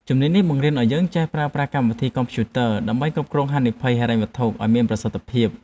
ជំនាញនេះបង្រៀនឱ្យយើងចេះប្រើប្រាស់កម្មវិធីកុំព្យូទ័រដើម្បីគ្រប់គ្រងហានិភ័យហិរញ្ញវត្ថុឱ្យមានប្រសិទ្ធភាព។